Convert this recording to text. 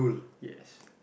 yes